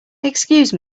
excuse